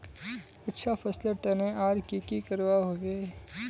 अच्छा फसलेर तने आर की की करवा होबे?